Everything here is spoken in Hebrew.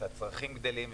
שהצרכים גדלים,